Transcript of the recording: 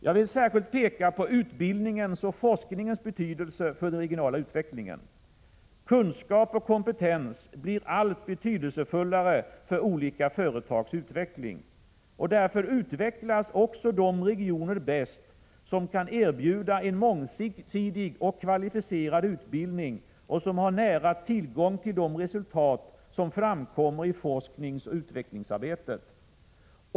Jag vill särskilt peka på utbildningens och forskningens betydelse för den regionala utvecklingen. Kunskap och kompetens blir alltmer betydelsefullt för olika företags utveckling. Därför utvecklas de regioner bäst som kan erbjuda en mångsidig och kvalificerad utbildning och som har nära tillgång till de resultat som framkommer i forskningsoch utvecklingsarbetet.